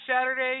Saturday